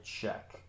check